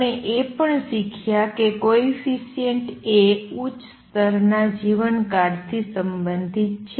આપણે એ પણ શીખ્યા કે કોએફિસિએંટ A ઉચ્ચ સ્તરના જીવનકાળ થી સંબંધિત છે